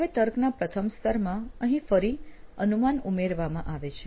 હવે તર્કના પ્રથમ સ્તરમાં અહીં ફરી અનુમાન ઉમેરવામાં આવે છે